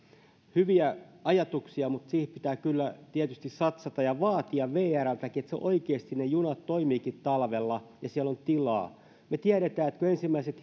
hyviä ajatuksia mutta siihen pitää kyllä tietysti satsata ja vaatia vrltäkin että oikeasti ne junat toimivat talvella ja siellä on tilaa me tiedämme että kun ensimmäiset